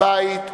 מבית ומחוץ.